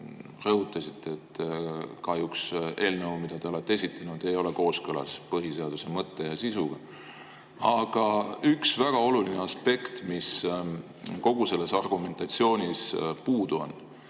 rõhutasite, et eelnõu, mida te olete esitanud, ei ole kahjuks kooskõlas põhiseaduse mõtte ja sisuga. Aga üks väga oluline aspekt, mis kogu selles argumentatsioonis puudu on,